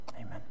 Amen